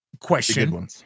question